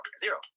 zero